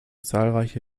zahlreiche